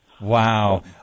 Wow